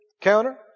counter